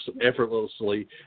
effortlessly